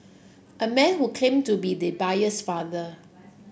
a man who claimed to be the buyer's father